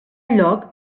lloc